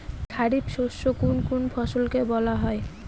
খারিফ শস্য কোন কোন ফসলকে বলা হয়?